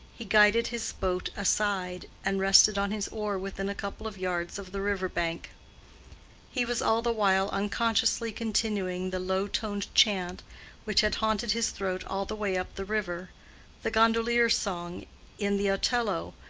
he guided his boat aside, and rested on his oar within a couple of yards of the river-brink. he was all the while unconsciously continuing the low-toned chant which had haunted his throat all the way up the river the gondolier's song in the otello,